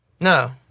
No